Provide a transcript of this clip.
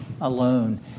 alone